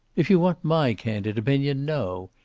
if you want my candid opinion, no.